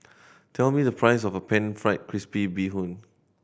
tell me the price of Pan Fried Crispy Bee Hoon